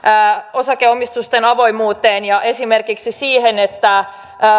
osakeomistusten avoimuuteen ja esimerkiksi siihen että